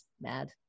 mad